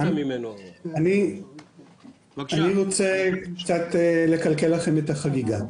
אני רוצה קצת לקלקל לכם את החגיגה.